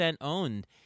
owned